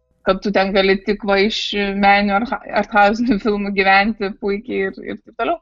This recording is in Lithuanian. kad tu ten gali tik va iš meninių ar archauzinių filmų gyventi puikiai ir ir taip toliau